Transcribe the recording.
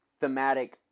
thematic